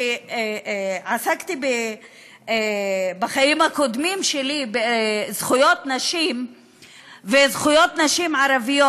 כשעסקתי בחיים הקודמים שלי בזכויות נשים וזכויות נשים ערביות,